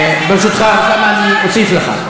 ברשותך, אוסאמה, אני אוסיף לך.